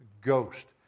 ghost